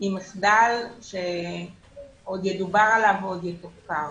היא מחדל שעוד ידובר עליו ועוד יתוחקר.